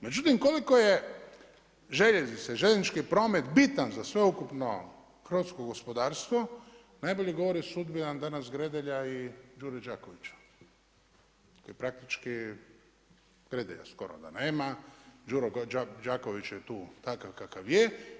Međutim koliko je željeznica i željeznički promet bitan za sveukupno hrvatsko gospodarstvo, najbolje govori sudbina danas Gredelja i Đure Đakovića koji praktički Gredelja skoro da nema, Đuro Đaković je tu takav kakav je.